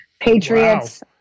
Patriots